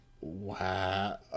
Wow